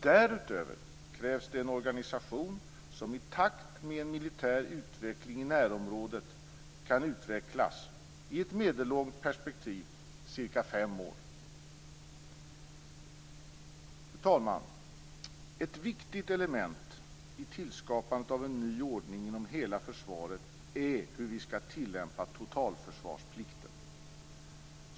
Därutöver krävs det en organisation som i takt med en militär utveckling i närområdet kan utvecklas i ett medellångt perspektiv, cirka fem år. Fru talman! Ett viktigt element i tillskapandet av en ny ordning i hela försvaret är hur vi skall tillämpa totalförsvarsplikten.